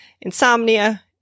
insomnia